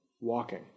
walking